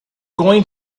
going